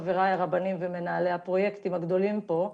חבריי הרבנים ומנהלי הפרויקטים הגדולים פה,